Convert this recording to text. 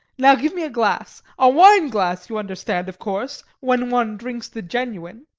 now give me a glass a wine glass you understand, of course, when one drinks the genuine.